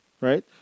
right